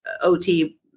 OT